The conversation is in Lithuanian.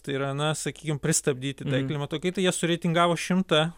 tai yra na sakykim pristabdyti klimato kaitą jie sureitingavo šimtą